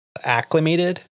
acclimated